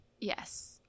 yes